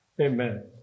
Amen